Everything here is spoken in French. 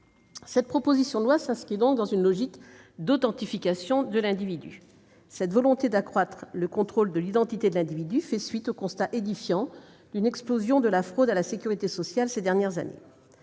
Cette proposition de loi s'inscrit par conséquent dans une logique d'authentification de l'individu. La volonté d'accroître le contrôle des identités fait suite au constat édifiant d'une explosion de la fraude à la sécurité sociale ces dernières années.